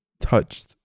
touched